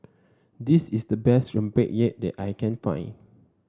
this is the best Rempeyek that I can find